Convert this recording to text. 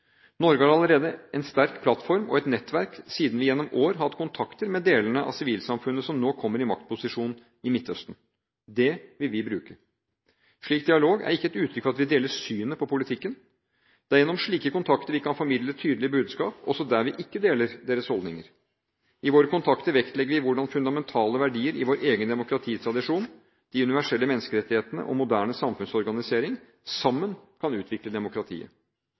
Norge har allerede en sterk plattform og et nettverk siden vi gjennom år har hatt kontakter med de delene av sivilsamfunnet som nå kommer i maktposisjon i Midtøsten. Det vil vi bruke. Slik dialog er ikke et uttrykk for at vi deler synet på politikken. Det er gjennom slike kontakter vi kan formidle tydelige budskap, også der vi ikke deler deres holdninger. I våre kontakter vektlegger vi hvordan fundamentale verdier i vår egen demokratitradisjon – de universelle menneskerettighetene og moderne samfunnsorganisering – sammen kan utvikle demokratiet.